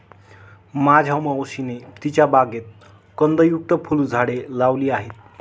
माझ्या मावशीने तिच्या बागेत कंदयुक्त फुलझाडे लावली आहेत